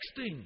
texting